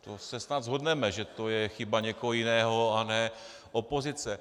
To se snad shodneme, že to je chyba někoho jiného, a ne opozice.